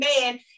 man